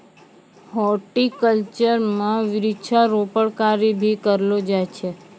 horticulture म वृक्षारोपण कार्य भी करलो जाय छै